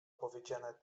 powiedziane